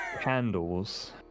candles